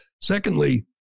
Secondly